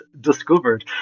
discovered